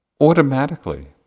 automatically